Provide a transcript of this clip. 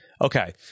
Okay